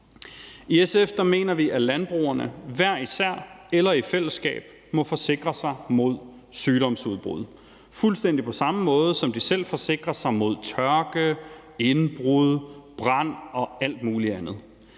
I SF mener vi, at landbrugerne hver især eller i fællesskab må forsikre sig mod sygdomsudbrud, fuldstændig på samme måde, som de selv forsikrer sig mod tørke, indbrud, brand og alt muligt andet.